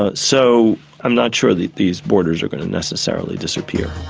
ah so i'm not sure that these borders are going to necessarily disappear